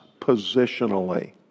positionally